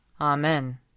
Amen